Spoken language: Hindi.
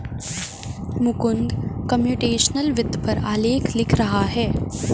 मुकुंद कम्प्यूटेशनल वित्त पर आलेख लिख रहा है